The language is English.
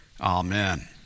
Amen